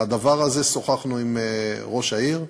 על הדבר הזה שוחחנו עם ראש העיר,